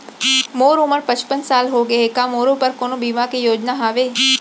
मोर उमर पचपन साल होगे हे, का मोरो बर कोनो बीमा के योजना हावे?